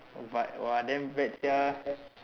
uh but !wah! damn bad sia